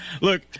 Look